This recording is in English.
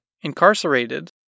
incarcerated